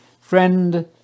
Friend